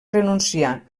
renunciar